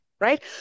right